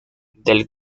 del